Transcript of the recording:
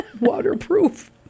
waterproof